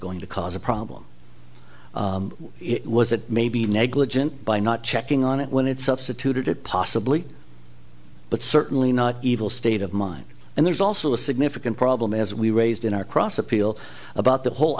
going to cause a problem it was that maybe negligent by not checking on it when it substituted it possibly but certainly not evil state of mind and there's also a significant problem as we raised in our cross appeal about the whole